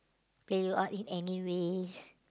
play you out in any ways